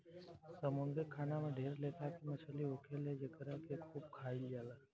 समुंद्री खाना में ढेर लेखा के मछली होखेले जेकरा के खूब खाइल जाला